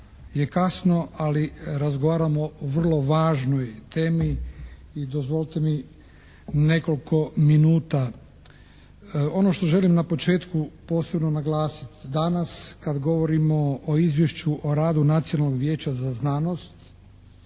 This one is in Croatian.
je kasno, ali razgovaramo o vrlo važnoj temi i dozvolite mi nekoliko minuta. Ono što želim na početku posebno naglasiti danas kada govorimo o Izvješću o radu Nacionalnog vijeća za znanost,